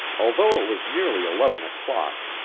although it was nearly eleven o'clock,